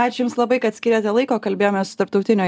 ačiū jums labai kad skiriate laiko kalbėjomės su tarptautinio